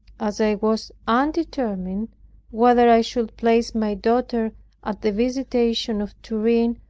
as i was undetermined whether i should place my daughter at the visitation of turin,